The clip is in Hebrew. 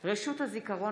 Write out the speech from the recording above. עידן רול,